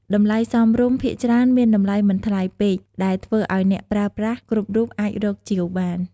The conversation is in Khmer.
តម្លៃសមរម្យ ភាគច្រើនមានតម្លៃមិនថ្លៃពេក ដែលធ្វើឱ្យអ្នកប្រើប្រាស់គ្រប់រូបអាចរកជាវបាន។